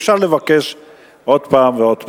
חברים, אי-אפשר לבקש עוד פעם ועוד פעם.